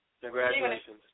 Congratulations